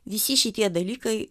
visi šitie dalykai